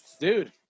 Dude